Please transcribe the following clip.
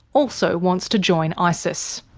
also wants to join isis.